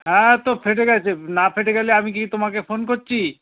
হ্যাঁ তো ফেটে গেছে না ফেটে গেলে আমি কি তোমাকে ফোন করছি